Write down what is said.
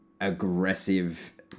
aggressive